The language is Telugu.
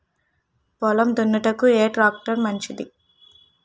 పొలం దున్నుటకు ఏ ట్రాక్టర్ మంచిది?